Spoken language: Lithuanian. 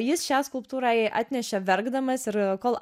jis šią skulptūrą jai atnešė verkdamas ir kol